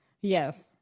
yes